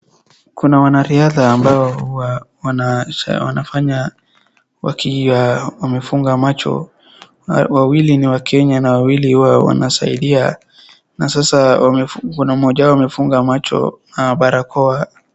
Kuna wanariadha ambayo huwa wanafanya wakiwa wamefunga macho. Wawili ni wa Kenya na wawili huwa wanasaidia. Na sasa kuna mmoja wao amefunga macho na barakoa.